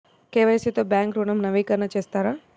KYC తో bank ఋణం నవీకరణ చేస్తారా?